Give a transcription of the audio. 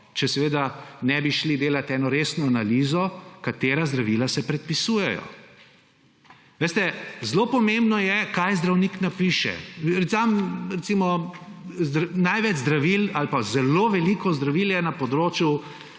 če seveda ne bi šli delat ene resne analize, katera zdravila se predpisujejo. Veste, zelo pomembno je, kaj zdravnik napiše. Zelo veliko zdravil je na področju